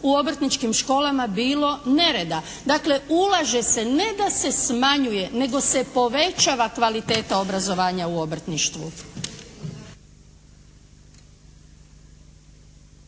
u obrtničkim školama bilo nereda. Dakle, ulaže se, ne da se smanjuje, nego se povećava kvaliteta obrazovanja u obrtništvu.